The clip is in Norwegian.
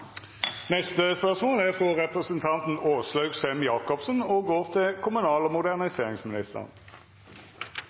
Neste spørsmål er frå representanten Marit Knutsdatter Strand og går til kommunal- og moderniseringsministeren.